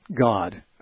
God